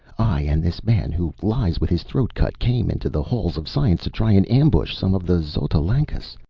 i and this man who lies with his throat cut came into the halls of science to try and ambush some of the xotalancas.